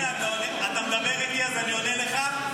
הינה, אתה מדבר איתי, אז אני עונה לך.